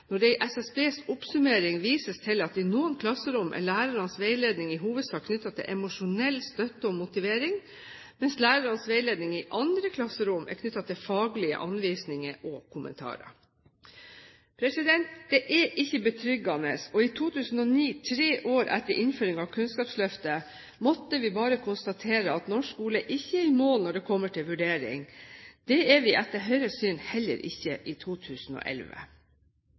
når det i SSBs oppsummering vises til at i noen klasserom er lærernes veiledning i hovedsak knyttet til emosjonell støtte og motivering, mens lærernes veiledning i andre klasserom er knyttet til faglige anvisninger og kommentarer. Dette er ikke betryggende, og i 2009 – tre år etter innføring av Kunnskapsløftet – måtte vi bare konstatere at norsk skole ikke er i mål når det kommer til vurdering. Det er vi etter Høyres syn heller ikke i 2011.